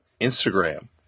Instagram